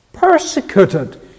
persecuted